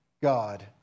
God